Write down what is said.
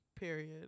period